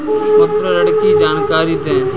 मुद्रा ऋण की जानकारी दें?